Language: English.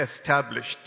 established